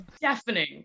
Deafening